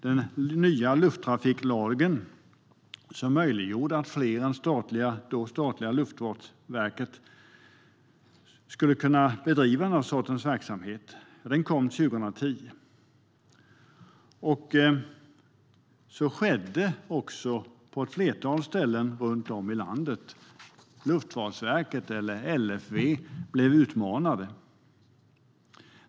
Den nya lufttrafiklagen kom 2010 och öppnade för att andra än dåvarande Luftfartsverket skulle kunna bedriva denna verksamhet. Så skedde också på ett flertal ställen runt om i landet. Luftfartsverket, LFV, blev utmanat.